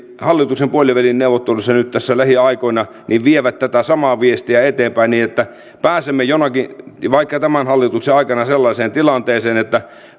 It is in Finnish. hallituksen puolivälineuvotteluissa nyt tässä lähiaikoina viemään tätä samaa viestiä eteenpäin niin että pääsemme jonakin päivänä vaikka tämän hallituksen aikana sellaiseen tilanteeseen että